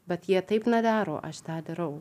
bet jie taip nedaro aš tą darau